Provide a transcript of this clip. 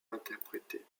interprété